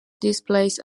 displays